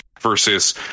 versus